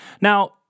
Now